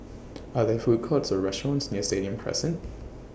Are There Food Courts Or restaurants near Stadium Crescent